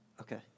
Okay